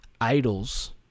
idols